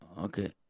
okay